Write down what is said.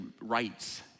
rights